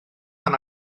pan